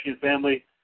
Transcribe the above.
family